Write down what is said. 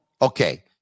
Okay